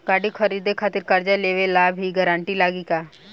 गाड़ी खरीदे खातिर कर्जा लेवे ला भी गारंटी लागी का?